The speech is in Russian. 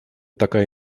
такая